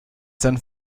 san